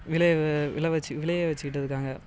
விளைவு விளவச்சு விளைய வச்சுட்டுருக்காங்க